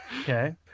okay